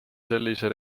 sellise